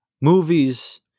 movies